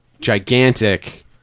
gigantic